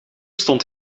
stond